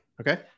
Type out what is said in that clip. Okay